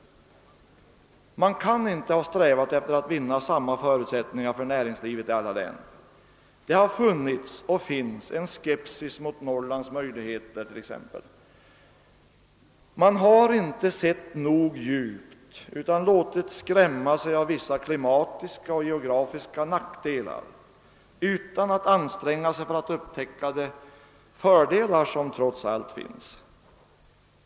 Man kan inte ha strävat efter att vinna samma förutsättningar för näringslivet i alla län. Det har funnits och finns en skepsis mot t.ex. Norrlands möjligheter. Man har inte sett nog djupt utan låtit skrämma sig av vissa klimatiska och geografiska nackdelar utan att anstränga sig för att upptäcka de fördelar som trots allt finns.